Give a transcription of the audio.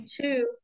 two